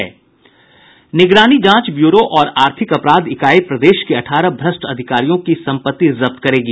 निगरानी जांच ब्यूरो और आर्थिक अपराध इकाई प्रदेश के अठारह भ्रष्ट अधिकारियों की सम्पत्ति जब्त करेगी